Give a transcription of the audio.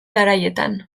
garaietan